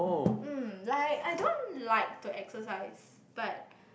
mm like I don't like to exercise but